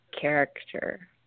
character